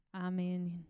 Amen